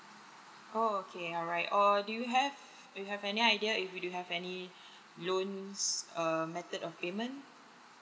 oh okay alright or do you have you have any idea if you do have any loan err method of payment